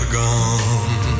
gone